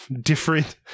different –